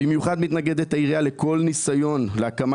במיוחד מתנגדת העירייה לכל ניסיון להקמה